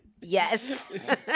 yes